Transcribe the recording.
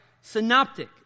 Synoptic